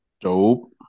dope